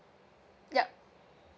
yup